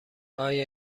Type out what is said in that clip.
آیا